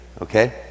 okay